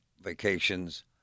vacations